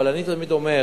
אבל אני תמיד אומר,